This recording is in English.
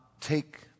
take